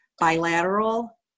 bilateral